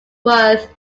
worth